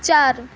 চার